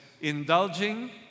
indulging